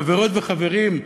חברות וחברים,